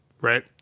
right